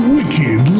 Wicked